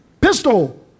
pistol